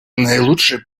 наилучшее